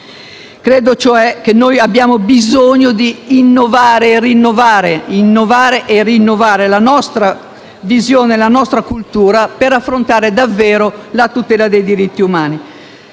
Credo cioè che abbiamo bisogno di innovare e rinnovare la nostra visione e la nostra cultura per affrontare davvero la tutela dei diritti umani.